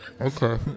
Okay